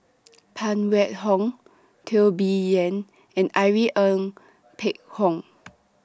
Phan Wait Hong Teo Bee Yen and Irene Ng Phek Hoong